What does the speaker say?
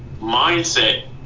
mindset